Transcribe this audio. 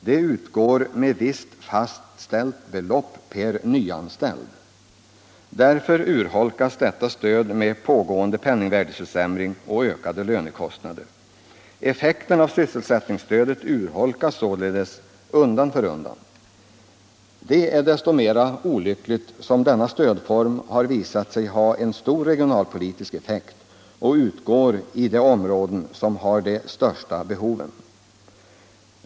Det utgår med ett visst fastställt belopp per nyanställd. Därför urholkas detta stöd med pågående penningvärdeförsämring och ökade lönekostnader. Effekten av sysselsättningsstödet urholkas således undan för undan. Det är desto mer olyckligt som denna stödform visat sig ha en stor regionalpolitisk effekt och utgår i de områden som har de största behoven.